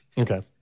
Okay